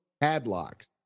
padlocks